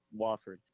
wofford